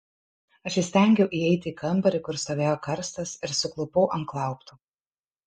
aš įstengiau įeiti į kambarį kur stovėjo karstas ir suklupau ant klauptų